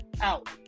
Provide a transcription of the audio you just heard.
out